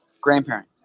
Grandparent